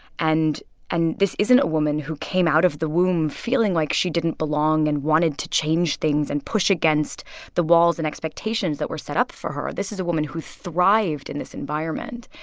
and and this isn't a woman who came out of the womb feeling like she didn't belong and wanted to change things and push against the walls and expectations that were set up for her. this is a woman who thrived in this environment.